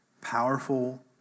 powerful